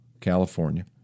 California